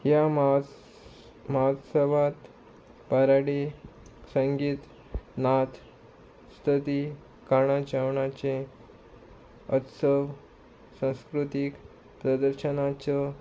ह्या महत्सो महोत्सवात पाराडी संगीत नाच स्तुती काण जेवणाचें उत्सव संस्कृतीक प्रदर्शनाचो